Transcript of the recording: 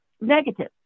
negative